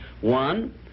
One